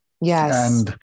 Yes